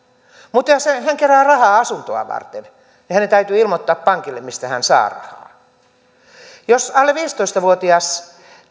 mutta jos hän kerää rahaa asuntoa varten niin hänen täytyy ilmoittaa pankille mistä hän saa rahaa jos alle viisitoista vuotias